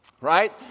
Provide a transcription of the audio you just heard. right